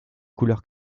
couleur